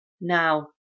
now